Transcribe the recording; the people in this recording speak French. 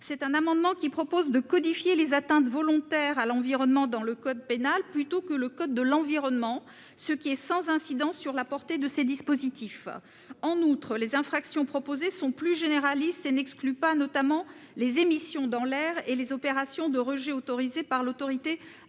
L'amendement n° 1343 rectifié tend à codifier les atteintes volontaires à l'environnement dans le code pénal, plutôt que dans le code de l'environnement, ce qui est sans incidence sur la portée de ces dispositifs. En outre, les infractions proposées sont plus généralistes et n'excluent pas, notamment, les émissions dans l'air et les opérations de rejet autorisées par l'autorité administrative,